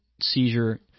seizure